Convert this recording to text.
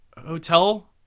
hotel